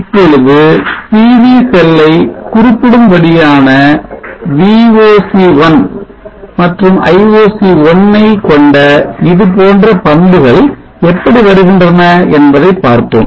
இப்பொழுது PV செல்லை குறிப்பிடும்படியான Voc1 மற்றும் Ioc1 ஐ கொண்ட இதுபோன்ற பண்புகள் எப்படி வருகின்றன என்பதை பார்ப்போம்